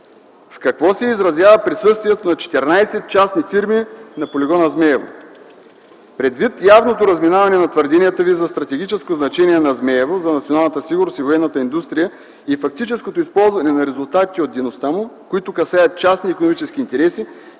В какво се изразява присъствието на 14 частни фирми на полигона „Змейово”? Предвид явното разминаване на твърденията Ви за стратегическото значение на „Змейово” за националната сигурност и военната индустрия и фактическото използване на резултатите от дейността му, които касаят частни икономически интереси,